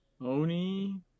Oni